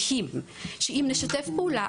שאם נשתף פעולה,